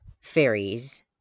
fairies